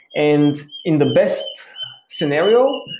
and in the best scenario,